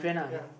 ya